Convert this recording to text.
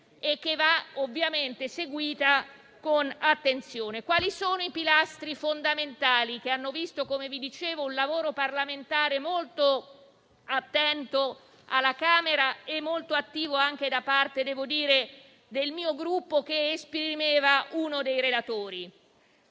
che va ovviamente seguita con attenzione. Quali sono i pilastri fondamentali, che hanno visto - come vi dicevo - un lavoro parlamentare molto attento alla Camera e molto attivo da parte del mio Gruppo, che esprimeva uno dei relatori?